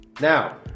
Now